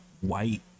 white